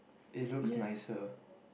it looks nicer